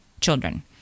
children